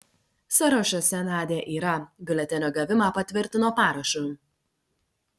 sąrašuose nadia yra biuletenio gavimą patvirtino parašu